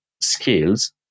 skills